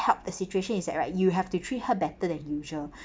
help the situation is that right you have to treat her better than usual